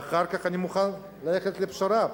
ואחר כך אני מוכן ללכת לפשרה.